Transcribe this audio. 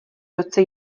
roce